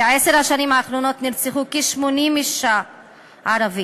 בעשר השנים האחרונות נרצחו כ-80 נשים ערביות.